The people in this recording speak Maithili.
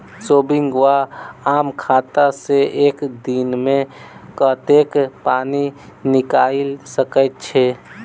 सेविंग वा आम खाता सँ एक दिनमे कतेक पानि निकाइल सकैत छी?